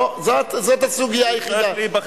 בהחלטות כאלה ואחרות,